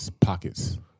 pockets